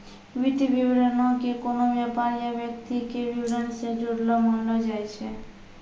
वित्तीय विवरणो के कोनो व्यापार या व्यक्ति के विबरण से जुड़लो मानलो जाय छै